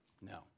No